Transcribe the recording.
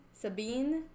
Sabine